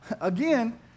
again